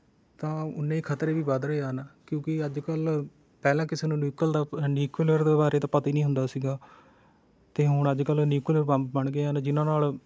ਤਾਂ ਓਨੇ ਖਤਰੇ ਵੀ ਵੱਧ ਰਹੇ ਹਨ ਕਿਉਂਕਿ ਅੱਜ ਕੱਲ੍ਹ ਪਹਿਲਾਂ ਕਿਸੇ ਨੂੰ ਨਿਊਕਲ ਦਾ ਨਿਊਕਲੀਅਰ ਬਾਰੇ ਤਾਂ ਪਤਾ ਹੀ ਨਹੀਂ ਹੁੰਦਾ ਸੀਗਾ ਅਤੇ ਹੁਣ ਅੱਜ ਕੱਲ੍ਹ ਨਿਊਕਲੀਅਰ ਬੰਬ ਬਣ ਗਏ ਹਨ ਜਿਨ੍ਹਾਂ ਨਾਲ